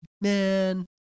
man